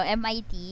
mit